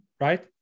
Right